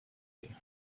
you